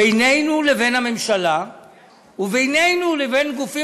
בינינו לבין הממשלה ובינינו לבין גופים